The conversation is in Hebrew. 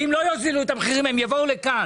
ואם הם לא יוזילו את המחירים הם יבואו לכאן.